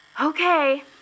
Okay